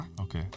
Okay